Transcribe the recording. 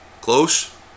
close